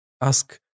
ask